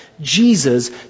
Jesus